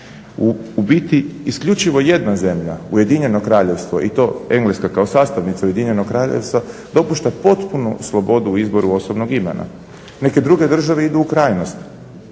u biti isključivo jedna zemlja, Ujedinjeno Kraljevstvo i to Engleska kao sastavnica Ujedinjenog Kraljevstva dopušta potpunu slobodu u izboru osobnog imena. Neke druge države idu u krajnost